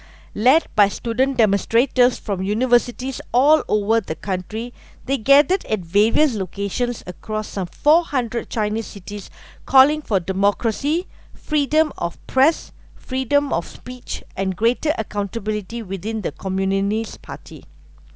led by student demonstrators from universities all over the country they gathered at various locations across some four hundred chinese cities calling for democracy freedom of press freedom of speech and greater accountability within the communist party